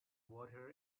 water